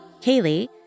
Kaylee